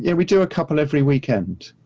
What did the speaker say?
yeah we do a couple every weekend.